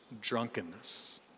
drunkenness